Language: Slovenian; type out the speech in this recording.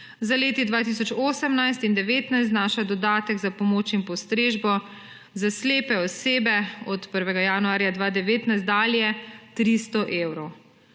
Za leti 2018 in 2019 znaša dodatek za pomoč in postrežbo za slepe osebe od 1. januarja 2019 dalje 300 evrov,